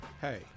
Hey